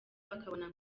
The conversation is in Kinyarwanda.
bakabona